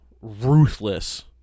ruthless